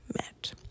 met